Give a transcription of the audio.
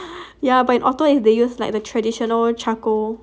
ya but in auto is they use like the traditional charcoal